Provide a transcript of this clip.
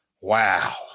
Wow